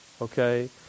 okay